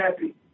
happy